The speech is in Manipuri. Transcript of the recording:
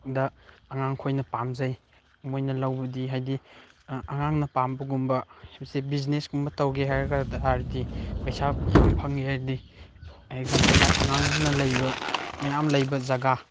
ꯗ ꯑꯉꯥꯡꯈꯩꯅ ꯄꯥꯝꯖꯩ ꯃꯣꯏꯅ ꯂꯧꯕꯗꯤ ꯍꯥꯏꯗꯤ ꯑꯉꯥꯡꯅ ꯄꯥꯝꯕꯒꯨꯝꯕ ꯁꯦ ꯕꯤꯖꯤꯅꯦꯁꯒꯨꯝꯕ ꯇꯧꯒꯦ ꯍꯥꯏꯔꯗꯤ ꯄꯩꯁꯥ ꯌꯥꯝ ꯐꯪꯒꯦ ꯍꯥꯏꯔꯗꯤ ꯑꯦꯛꯖꯥꯝꯄꯜꯗ ꯑꯉꯥꯡꯅ ꯂꯩꯕ ꯃꯌꯥꯝ ꯂꯩꯕ ꯖꯒꯥ